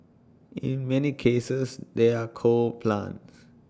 in many cases they're coal plants